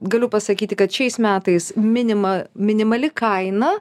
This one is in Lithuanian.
galiu pasakyti kad šiais metais minima minimali kaina